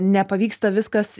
nepavyksta viskas